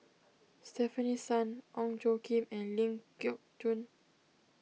Stefanie Sun Ong Tjoe Kim and Ling Geok Choon